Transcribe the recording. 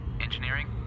Engineering